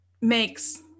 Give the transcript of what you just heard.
makes